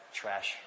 trash